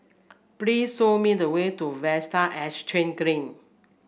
please show me the way to Vista Exhange Green